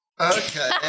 Okay